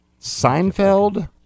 Seinfeld